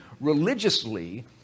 religiously